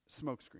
Smokescreen